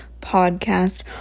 podcast